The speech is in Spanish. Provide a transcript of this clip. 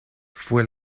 fue